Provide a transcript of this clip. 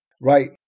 Right